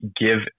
give